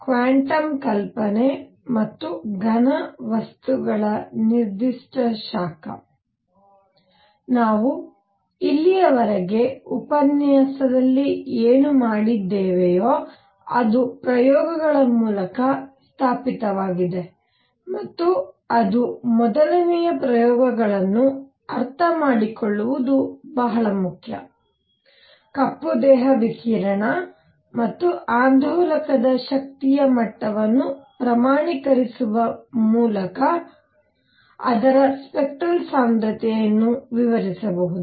quantum ಕಲ್ಪನೆ ಮತ್ತು ಘನವಸ್ತುಗಳ ನಿರ್ದಿಷ್ಟ ಶಾಖ ನಾವು ಇಲ್ಲಿಯವರೆಗೆ ಉಪನ್ಯಾಸದಲ್ಲಿ ಏನು ಮಾಡಿದ್ದೇವೆಯೋ ಅದು ಪ್ರಯೋಗಗಳ ಮೂಲಕ ಸ್ಥಾಪಿತವಾಗಿದೆ ಮತ್ತು ಅದು ಮೊದಲನೆಯ ಪ್ರಯೋಗಗಳನ್ನು ಅರ್ಥಮಾಡಿಕೊಳ್ಳುವುದು ಬಹಳ ಮುಖ್ಯ ಕಪ್ಪು ದೇಹದ ವಿಕಿರಣ ಮತ್ತು ಆಂದೋಲಕದ ಶಕ್ತಿಯ ಮಟ್ಟವನ್ನು ಪ್ರಮಾಣೀಕರಿಸುವ ಮೂಲಕ ಅದರ ಸ್ಪೆಕ್ಟ್ರಲ್ ಸಾಂದ್ರತೆಯನ್ನು ವಿವರಿಸಬಹುದು